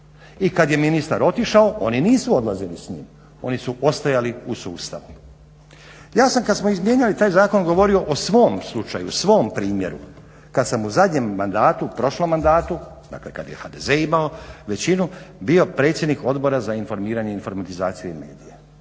I kada je ministar otišao oni nisu odlazili s njim oni su ostajali u sustavu. Ja sam kada smo izmijenjali taj zakon govorio o svom slučaju, svom primjeru, kada sam u zadnjem mandatu prošlom mandatu dakle kada je HDZ imao većinu bio predsjednik Odbora za informiranje, informatizaciju i medije.